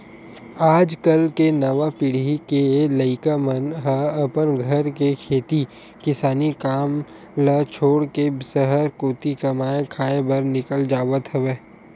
आज कल के नवा पीढ़ी के लइका मन ह अपन घर के खेती किसानी काम ल छोड़ के सहर कोती कमाए खाए बर निकल जावत हवय